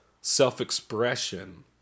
self-expression